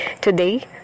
Today